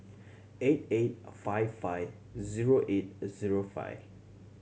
eight eight five five zero eight zero five